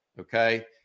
Okay